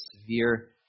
severe